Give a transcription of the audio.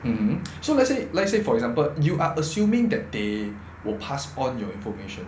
mmhmm so let's say let's say for example you are assuming that they will pass on your information